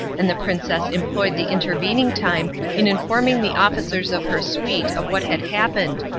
and the princess employed the intervening time in informing the officers of her suite of what had happened,